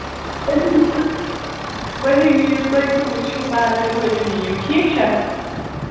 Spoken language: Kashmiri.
ؤلِو یِیِو تُہۍ تہٕ وُچھِو پَانَے تہٕ ؤلِو نِیو ٹھیٖک چھا